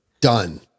done